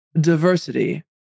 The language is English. diversity